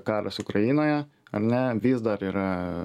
karas ukrainoje ar ne vis dar yra